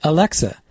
Alexa